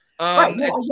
Right